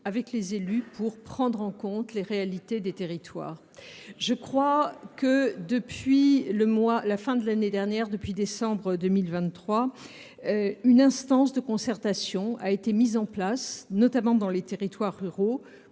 avec les élus pour prendre en compte les réalités des territoires. Depuis le mois de décembre 2023, une instance de concertation a été mise en place, notamment dans les territoires ruraux,